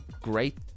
great